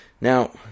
Now